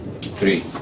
three